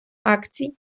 акцій